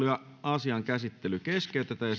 ja asian käsittely keskeytetään